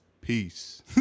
peace